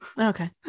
Okay